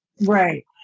Right